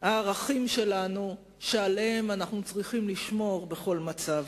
הערכים שלנו, שעליהם אנחנו צריכים לשמור בכל מצב.